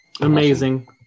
Amazing